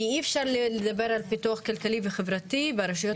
כי אי אפשר לדבר על פיתוח כלכלי וחברתי ברשויות